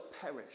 perish